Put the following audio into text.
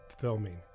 filming